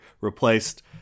replaced